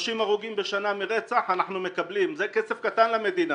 30 הרוגים מרצח, אנחנו מקבלים, זה כסף קטן למדינה,